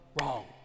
wrong